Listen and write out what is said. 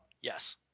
Yes